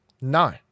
no